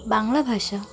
বাংলা ভাষা